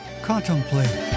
Contemplate